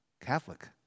Catholic